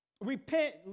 Repent